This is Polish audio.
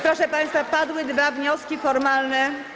Proszę państwa, padły dwa wnioski formalne.